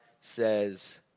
says